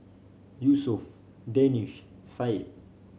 Yusuf Danish Syed